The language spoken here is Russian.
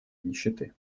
нищеты